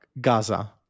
Gaza